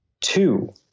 Two